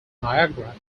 niagara